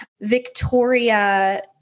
Victoria